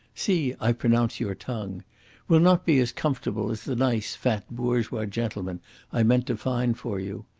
see, i pronounce your tongue will not be as comfortable as the nice, fat, bourgeois gentleman i meant to find for you.